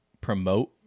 promote